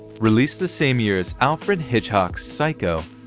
released the same year as alfred hitchcock's psycho,